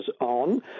on